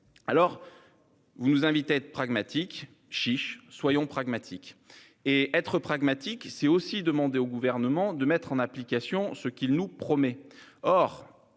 alors. Vous nous invitez à être pragmatique, chiche. Soyons pragmatiques et être pragmatique c'est aussi demandé au gouvernement de mettre en application ce qu'il nous promet